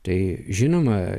tai žinoma